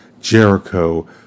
Jericho